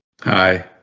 Hi